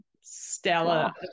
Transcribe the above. stellar